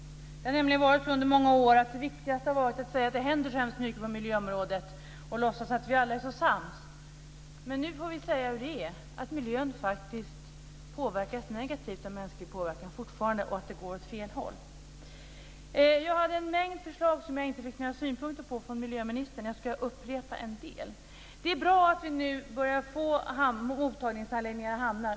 Det har nämligen varit så under många år att det viktigaste har varit att säga att det händer så hemskt mycket på miljöområdet och att låtsas som att vi alla är så sams. Men nu får vi säga som det är, att miljön faktiskt fortfarande påverkas negativt av människan och att det går åt fel håll. Jag hade en mängd förslag som jag inte fick några synpunkter på från miljöministern. Jag ska upprepa en del. Det är bra att vi nu börjar få mottagningsanläggningar i hamnar.